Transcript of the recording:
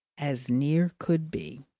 as near could be.